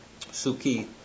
Suki